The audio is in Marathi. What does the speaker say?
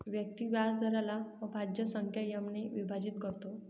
व्यक्ती व्याजदराला अभाज्य संख्या एम ने विभाजित करतो